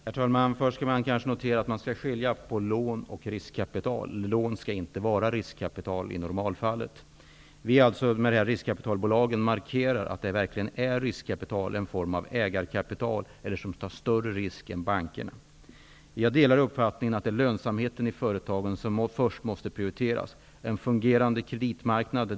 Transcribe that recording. Herr talman! Först bör kanske noteras att man skall skilja på lån och riskkapital. Lån skall i normalfallet inte vara riskkapital. Med riskkapitalbolagen markeras att riskkapital verkligen är en form av ägarkapital och att de tar större risk än bankerna. Jag delar uppfattningen att det är lönsamheten i företagen som först måste prioriteras, därefter en fungerande kreditmarknad.